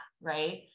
right